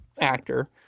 actor